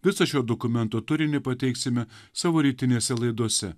visą šio dokumento turinį pateiksime savo rytinėse laidose